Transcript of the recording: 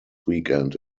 weekend